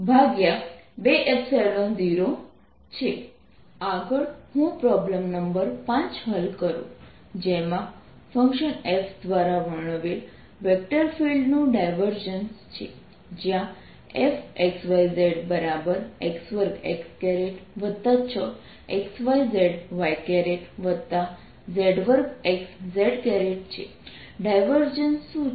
E2 r220EE1E2ρ r1r220 a20 આગળ હું problem number 5 હલ કરું જેમાં ફંક્શન f દ્વારા વર્ણવેલ વેક્ટર ફિલ્ડનું ડાયવર્જન્સ છે જ્યાં fxyzx2x6xyzyz2xz છે ડાયવર્જન્સ શું છે